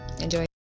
Enjoy